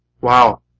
wow